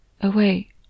Away